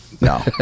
No